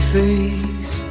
face